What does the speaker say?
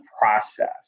process